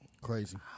Crazy